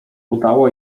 udało